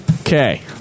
Okay